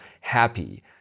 happy